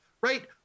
right